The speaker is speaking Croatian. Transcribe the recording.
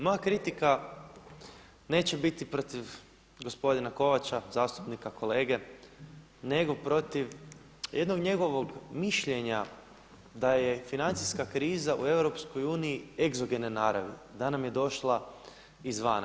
Moja kritika neće biti protiv gospodina Kovača, zastupnika, kolege, nego protiv jednog njegovog mišljenja da je financijska kriza u EU egzogene naravi, da nam je došla izvana.